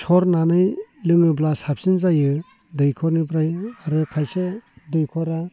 सरनानै लोङोब्ला साबसिन जायो दैखरनिफ्राय आरो खायसे दैखरा